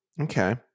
Okay